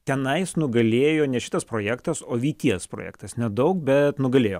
tenais nugalėjo ne šitas projektas o vyties projektas nedaug bet nugalėjo